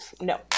No